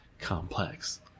Complex